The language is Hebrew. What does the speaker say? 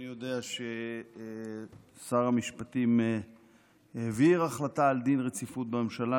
אני יודע ששר המשפטים העביר החלטה על דין רציפות בממשלה,